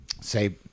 say